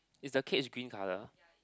is the cage green colour